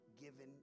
given